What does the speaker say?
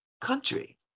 country